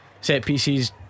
Set-pieces